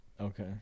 Okay